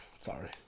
Sorry